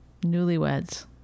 newlyweds